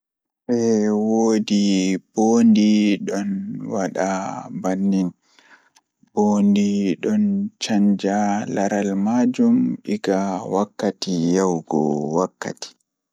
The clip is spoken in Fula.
Litriture maa ɗum boɗɗum haa babal jangirde Ko sabu ngal, literature jeyaaɓe e tawti laawol e ko ɗum heɓugol maɓɓe ngal, ko tawti carwo e noyiɗɗo. Literature jeyaaɓe hokkata firtiimaaji moƴƴi e ɗeɗe keewɗi ko waɗtude laawol noyiɗɗo e moƴƴi haajaaɓe. Kono, waɗde literature no waawi njama faami ko moƴƴi e nder keewɗi ngal hayɓe, e waɗde tawa laawol e caɗeele ngal